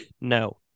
no